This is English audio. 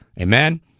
Amen